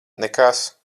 nekas